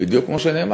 בדיוק כמו שנאמר?